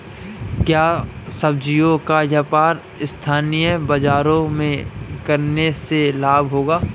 क्या सब्ज़ियों का व्यापार स्थानीय बाज़ारों में करने से लाभ होगा?